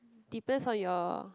depends on your